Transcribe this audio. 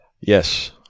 Yes